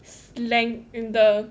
it's lang~ in the